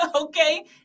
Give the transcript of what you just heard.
okay